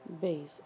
base